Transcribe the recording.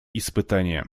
испытания